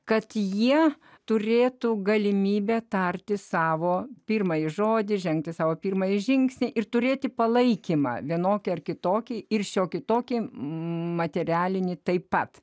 kad jie turėtų galimybę tarti savo pirmąjį žodį žengti savo pirmąjį žingsnį ir turėti palaikymą vienokį ar kitokį ir šiokį tokį materialinį taip pat